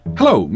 Hello